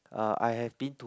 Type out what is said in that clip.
uh I have been to